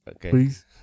please